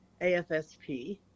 AFSP